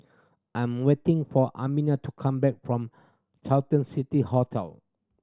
I'm waiting for Amiah to come back from Carlton City Hotel